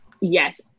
Yes